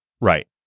Right